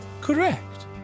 Correct